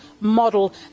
model